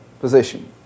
position